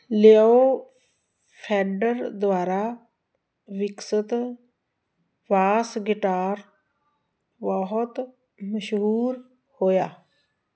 ਲਿਓ ਫੈਡਰ ਦੁਆਰਾ ਵਿਕਸਤ ਬਾਸ ਗਿਟਾਰ ਬਹੁਤ ਮਸ਼ਹੂਰ ਹੋਇਆ